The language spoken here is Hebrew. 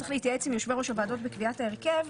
צריך להתייעץ עם יושבי-ראש הוועדות בקביעת ההרכב.